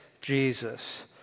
Jesus